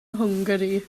hwngari